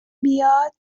بیاد